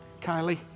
Kylie